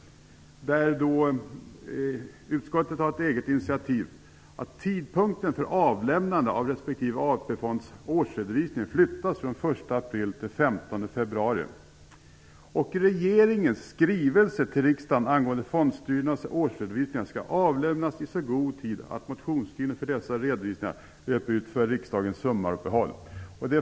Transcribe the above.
Utskottet tar ett eget initiativ, innebärande att tidpunkten för avlämnande av respektive fondstyrelses årsredovisning flyttas från den 1 april till den 15 februari. Regeringens skrivelse till riksdagen angående fondstyrelsernas årsredovisningar skall avlämnas i så god till att motionstiden för dessa redovisningar löper ut före riksdagens sommaruppehåll.